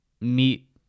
meet